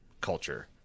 culture